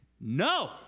no